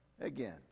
again